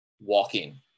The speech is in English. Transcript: walking